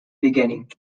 beginning